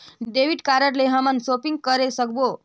Debit card ले हमन shopping करे सकबो?